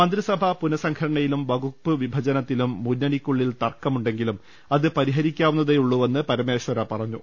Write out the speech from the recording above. മന്ത്രിസഭാ പുനസംഘടനയിലും വകുപ്പ് വിഭജനത്തിലും മുന്നണിക്കുള്ളിൽ തർക്കമുണ്ടെങ്കിലും അത് പരിഹരിക്കാവുന്നതേ ഉള്ളുവെന്ന് പരമേശ്വര പറഞ്ഞു